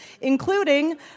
including